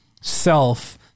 self